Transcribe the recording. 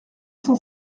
cent